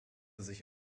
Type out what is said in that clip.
sich